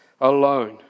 Alone